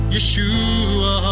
Yeshua